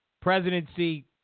Presidency